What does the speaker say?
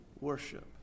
worship